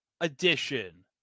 edition